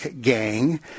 Gang